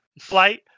flight